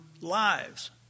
lives